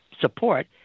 support